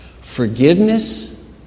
Forgiveness